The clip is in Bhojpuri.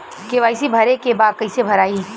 के.वाइ.सी भरे के बा कइसे भराई?